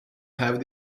have